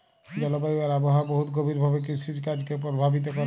জলবায়ু আর আবহাওয়া বহুত গভীর ভাবে কিরসিকাজকে পরভাবিত ক্যরে